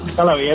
hello